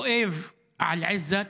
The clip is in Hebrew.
כואב על עיזת,